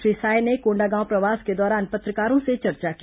श्री साय ने कोंडागांव प्रवास के दौरान पत्रकारों से चर्चा की